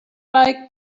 like